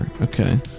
Okay